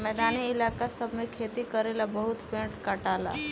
मैदानी इलाका सब मे खेती करेला बहुते पेड़ कटाला